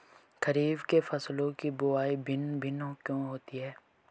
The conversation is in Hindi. खरीफ के फसलों की बुवाई भिन्न भिन्न क्यों होती है?